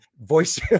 voice